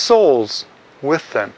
souls with the